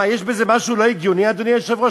מה, יש בזה משהו לא הגיוני, אדוני היושב-ראש?